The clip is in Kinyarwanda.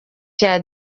cya